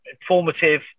informative